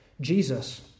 Jesus